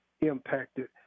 impacted